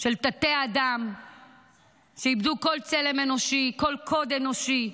של תתי-אדם שאיבדו כל צלם אנושי, כל קוד אנושי.